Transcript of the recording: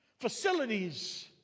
facilities